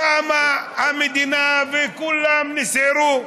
קמה המדינה וכולם נסערו: